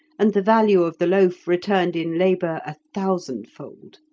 and the value of the loaf returned in labour a thousandfold.